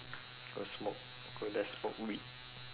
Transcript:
go smoke go there smoke weed